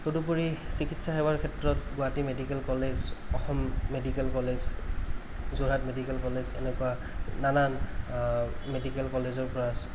তদুপৰি চিকিৎসা সেৱাৰ ক্ষেত্ৰত Guwahati medical college Assam medical college Jorhat medical college এনেকুৱা নানান মেডিকেল কলেজৰ পৰা